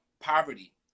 poverty